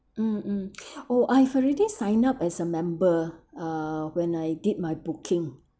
mm mm oh I've already sign up as a member uh when I did my booking